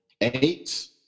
eight